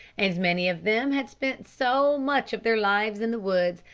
and many of them had spent so much of their lives in the woods,